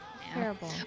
Terrible